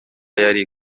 yari